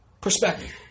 perspective